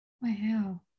wow